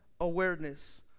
awareness